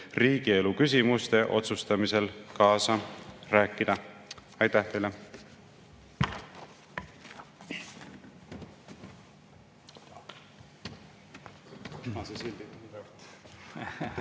riigielu küsimuste otsustamisel kaasa rääkida. Aitäh teile!